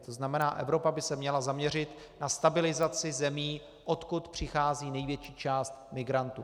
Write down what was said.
To znamená, Evropa by se měla zaměřit na stabilizaci zemí, odkud přichází největší část migrantů.